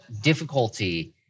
difficulty